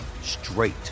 straight